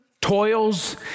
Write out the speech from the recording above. toils